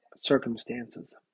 circumstances